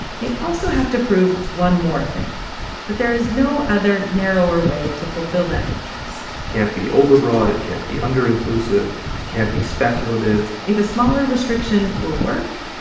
they also have to prove one more thing that there is no other narrower way to fulfill that interest it can't be overbroad. it can't be underinclusive. it can't be speculative if a smaller restriction will work,